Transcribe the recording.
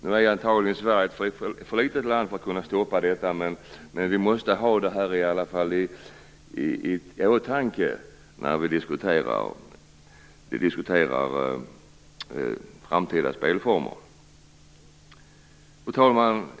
Sverige är antagligen ett för litet land för att kunna stoppa detta, men vi måste i alla fall ha det i åtanke när vi diskuterar framtida spelformer. Fru talman!